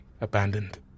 abandoned